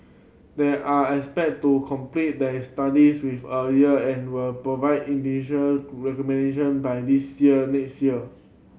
they are expected to complete their studies with a year and will provide initial recommendation by this year next year